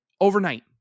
overnight